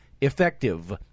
effective